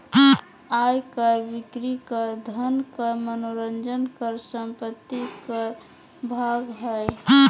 आय कर, बिक्री कर, धन कर, मनोरंजन कर, संपत्ति कर भाग हइ